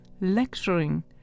lecturing